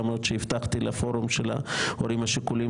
למרות שהבטחתי לפורום של ההורים השכולים,